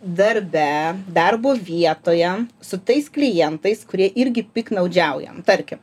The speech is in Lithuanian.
darbe darbo vietoje su tais klientais kurie irgi piktnaudžiauja tarkim